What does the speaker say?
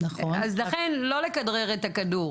ולכן לא לכדרר את הכדור.